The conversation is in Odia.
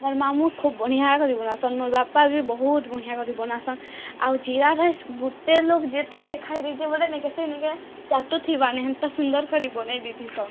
ମୋର ମାମୁଁ ଖୁବ ବଢିଆ କରି ବନାସନ୍ ମୋର ବାପା ବି ବହୁତ ବଢ଼ିଆ କରି ବନାସନ୍ ଆଉ ଜିରା ରାଇସ୍ ଗୋଟେ ଲୋକ ଥରେ ଯିଏ ଥରେ ଖାଇଦେଇଚି ବୋଲେ ସେ ନେକେ ସେ ନେକେ ଚାଟୁଥିବାନେ ହେନତା ସୁନ୍ଦର୍ କରି ବନେଇ ଦେଇ ଧେଇସନ୍